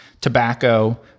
tobacco